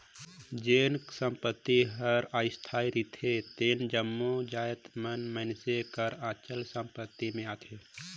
जेन संपत्ति हर अस्थाई रिथे तेन जम्मो जाएत मन मइनसे कर अचल संपत्ति में आथें